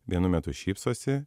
vienu metu šypsosi